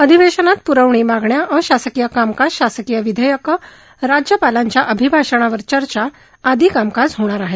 अधिवेशनात पुरवणी मागण्या अशासकीय कामकाज शासकीय विधेयकं राज्यपालांच्या अभिभाषणावर चर्चा आदी कामकाज होणार आहे